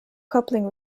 coupling